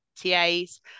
tas